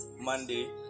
Monday